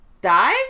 die